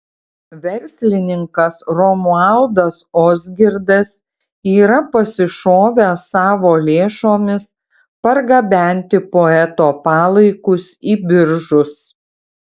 verslininkas romualdas ozgirdas yra pasišovęs savo lėšomis pargabenti poeto palaikus į biržus